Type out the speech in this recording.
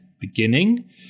beginning